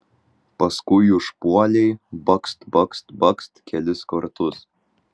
paskui užpuolei bakst bakst bakst kelis kartus